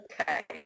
okay